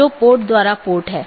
यह महत्वपूर्ण है